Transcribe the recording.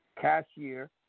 cashier